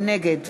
נגד